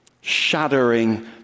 shattering